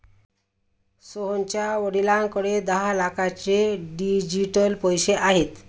सोहनच्या वडिलांकडे दहा लाखांचे डिजिटल पैसे आहेत